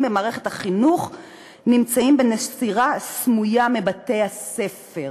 במערכת החינוך נמצאים בנשירה סמויה מבתי-הספר.